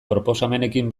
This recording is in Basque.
proposamenekin